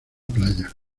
playa